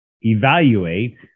evaluate